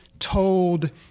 told